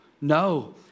no